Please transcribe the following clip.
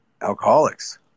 alcoholics